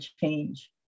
change